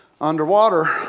underwater